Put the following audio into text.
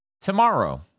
Tomorrow